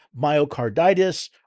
myocarditis